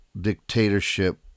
dictatorship